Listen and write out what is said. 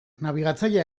nabigatzailea